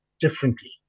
differently